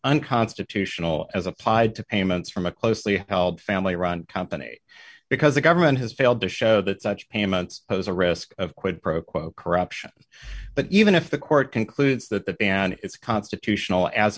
unconstitutional as applied to payments from a closely held family run company because the government has failed to show that such payments pose a risk of quid pro quo corruption but even if the court concludes that and it's constitutional as